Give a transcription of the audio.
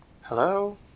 Hello